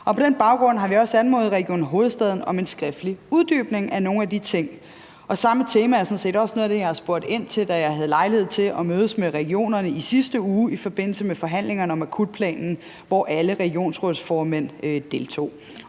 På den baggrund har vi også anmodet Region Hovedstaden om en skriftlig uddybning af nogle af de ting. Det var sådan set også samme tema, jeg spurgte ind til, da jeg havde lejlighed til at mødes med regionerne i sidste uge i forbindelse med forhandlingerne om akutplanen, hvor alle regionsrådsformænd deltog.